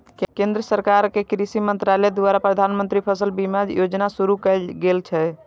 केंद्र सरकार के कृषि मंत्रालय द्वारा प्रधानमंत्री फसल बीमा योजना शुरू कैल गेल छै